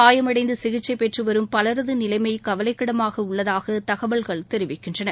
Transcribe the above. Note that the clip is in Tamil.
காயமடைந்து சிகிச்சை பெற்று வரும் பலரது நிலைமை கவலைகிடமாக உள்ளதாக தகவல்கள் தெரிவிக்கின்றன